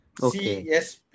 csp